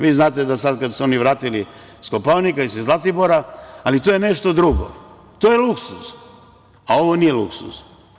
Vi znate sad kad su se vratili sa Kopaonika i sa Zlatibora, ali to je nešto drugo, to je luksuz, a ovo nije luksuz.